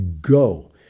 go